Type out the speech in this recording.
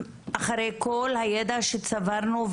אחרי כל הידע שצברנו,